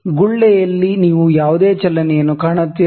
ಗುಳ್ಳೆಯಲ್ಲಿ ನೀವು ಯಾವುದೇ ಚಲನೆಯನ್ನು ಕಾಣುತ್ತೀರಾ